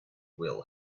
will